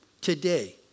today